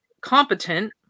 competent